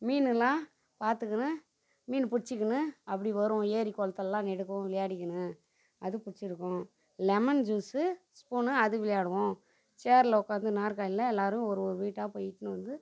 மீனுலாம் பார்த்துக்கின்னு மீன் பிடிச்சிக்கின்னு அப்படி வரும் ஏறி குளத்துலலாம் நெடுக்கும் ஏறிக்கின்னு அது பிடிச்சிருக்கும் லெமன் ஜூஸ்ஸு ஸ்பூனு அது விளையாடுவோம் சேரில் உட்காந்து நாற்காலியில் எல்லோரும் ஒரு ஒரு வீட்டாக போயிடுனு வந்து